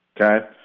Okay